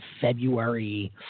february